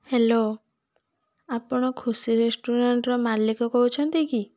hello ଆପଣ ଖୁସି ରେଷ୍ଟୁରାଣ୍ଟ୍ର ମାଲିକ କହୁଛନ୍ତି କି